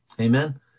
amen